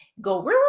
go